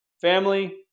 Family